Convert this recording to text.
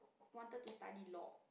wanted to study law